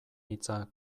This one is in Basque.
hitza